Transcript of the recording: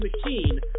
machine